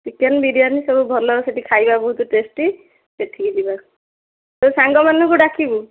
chicken biryani ସବୁ ଭଲ ସେଇଠି ଖାଇବା ବହୁତ ଟେଷ୍ଟି ସେଠିକି ଯିବା ତୋ ସାଙ୍ଗମାନଙ୍କୁ ଡାକିବୁ